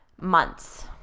months